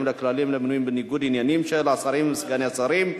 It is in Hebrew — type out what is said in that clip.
לכללים למניעת ניגוד עניינים של השרים וסגני שרים,